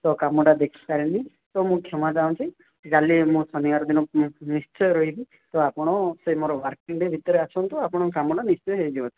ତ କାମଟା ଦେଖି ପାରିନି ତ ମୁଁ କ୍ଷମା ଚାହୁଁଛି କାଲି ମୁଁ ଶନିବାର ଦିନ ନିଶ୍ଚୟ ରହିବି ତ ଆପଣ ସେ ମୋର ୱାର୍କିଂ ଡେ ଭିତରେ ଆସନ୍ତୁ ଆପଣଙ୍କ କାମଟା ନିଶ୍ଚୟ ହୋଇଯିବ